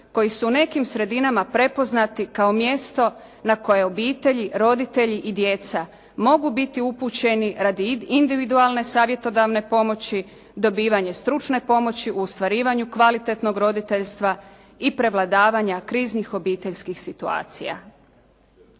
koji su u nekim sredinama prepoznati kao mjesto na koje obitelji, roditelja i djeca mogu biti upućeni radi individualne savjetodavne pomoći, dobivanje stručne pomoći u ostvarivanju kvalitetnog roditeljstva i prevladavanja kriznih obiteljskih situacija.